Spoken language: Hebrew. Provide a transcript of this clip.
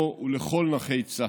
לו ולכל נכי צה"ל.